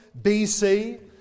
BC